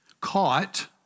caught